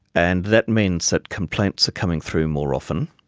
and that means that complaints are coming through more often,